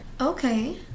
Okay